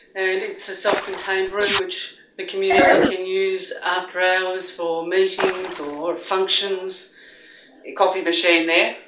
and it's a self-contained room which the community can use after-hours for meetings, or functions. the coffee machine there.